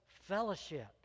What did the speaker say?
fellowship